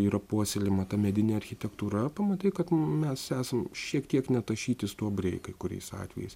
yra puoselėjama ta medinė architektūra pamatai kad mes esam šiek tiek netašyti stuobriai kai kuriais atvejais